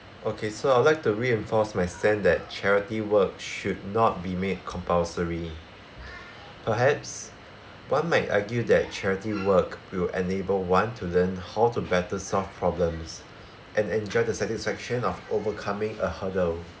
okay so I would like to reinforce my stand that charity work should not be made compulsory perhaps one might argue that charity work will enable one to learn how to better solve problems and enjoy the satisfaction of overcoming a hurdle